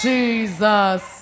Jesus